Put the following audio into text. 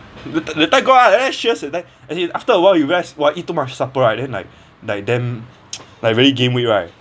the the time go out and then that time as in after a while you rest !wah! I eat too much supper right then like like damn like very gained weight right